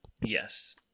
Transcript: Yes